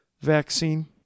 vaccine